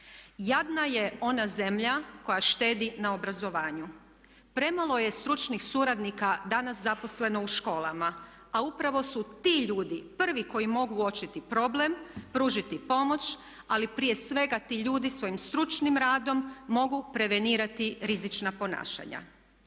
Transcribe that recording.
Jadna je ona zemlja koja štedi na obrazovanju. Premalo je stručnih suradnika danas zaposleno u školama, a upravo su ti ljudi prvi koji mogu uočiti problem, pružiti pomoć, ali prije svega ti ljudi svojim stručnim radom mogu prevenirati rizična ponašanja.